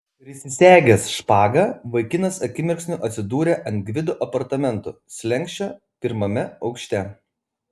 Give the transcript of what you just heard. prisisegęs špagą vaikinas akimirksniu atsidūrė ant gvido apartamentų slenksčio pirmame aukšte